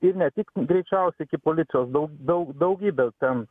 ir ne tik greičiausia iki policijos daug daug daugybė ten